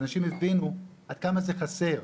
ואנשים הבינו עד כמה זה חסר.